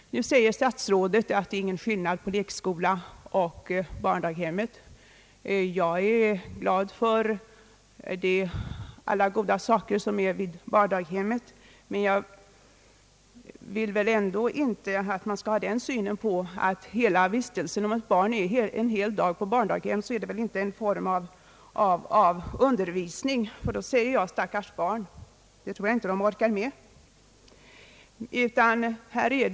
Nu säger statsrådet att det inte är någon skillnad på lekskola och barndaghem. Jag är glad över allt gott som uträttas vid barndaghemmen, men jag kan väl ändå inte tro att någon vill göra gällande att barn som vistas en hel dag på ett barndaghem hela dagen skall vara föremål för undervisning. Det tror jag inte de orkar med, och jag skulle vilja säga: stackars barn.